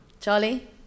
Charlie